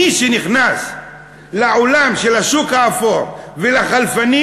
מי שנכנס לעולם של השוק האפור והחלפנים,